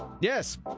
Yes